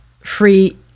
free